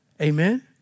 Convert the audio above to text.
Amen